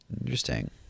Interesting